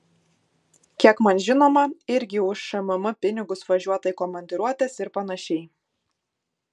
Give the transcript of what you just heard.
kiek man žinoma irgi už šmm pinigus važiuota į komandiruotes ir panašiai